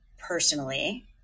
Personally